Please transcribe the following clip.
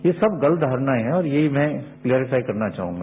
ये सब गलत धारणाएं है और ये मैं क्लेरीफाई करना चाहूगां